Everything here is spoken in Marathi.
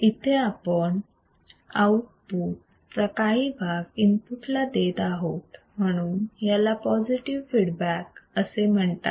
इथे आपण आउटपुट चा काही भाग इनपुट ला देत आहोत म्हणून याला पॉझिटिव फीडबॅक म्हणतात